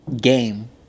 game